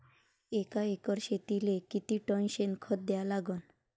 एका एकर शेतीले किती टन शेन खत द्या लागन?